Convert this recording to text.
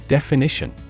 Definition